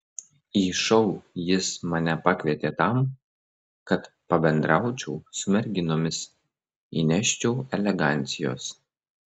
į šou jis mane pakvietė tam kad pabendraučiau su merginomis įneščiau elegancijos